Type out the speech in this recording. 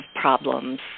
problems